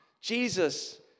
Jesus